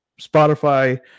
Spotify